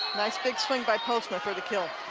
nice big swing by postma for the kill.